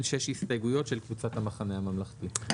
שש הסתייגויות של קבוצת המחנה הממלכתי.